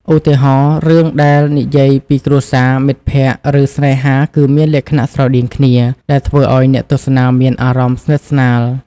ឧទាហរណ៍ រឿងដែលនិយាយពីគ្រួសារ មិត្តភក្តិ ឬស្នេហាគឺមានលក្ខណៈស្រដៀងគ្នា ដែលធ្វើឲ្យអ្នកទស្សនាមានអារម្មណ៍ស្និទ្ធស្នាល។